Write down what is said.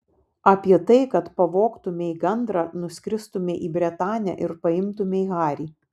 apie tai kad pavogtumei gandrą nuskristumei į bretanę ir paimtumei harį